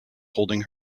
holding